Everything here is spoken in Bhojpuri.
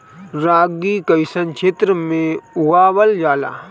रागी कइसन क्षेत्र में उगावल जला?